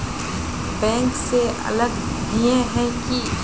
Bank से अलग हिये है की?